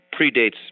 predates